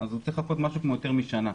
עליו לחכות יותר משנה.